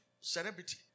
celebrity